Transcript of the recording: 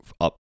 up